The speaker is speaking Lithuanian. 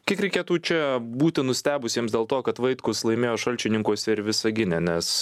kiek reikėtų čia būti nustebusiems dėl to kad vaitkus laimėjo šalčininkuose ir visagine nes